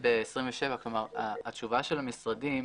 התשובה של המשרדים